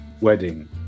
wedding